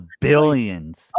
billions